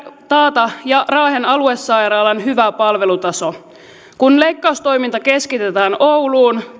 taata raahen aluesairaalan hyvä palvelutaso kun leikkaustoiminta keskitetään ouluun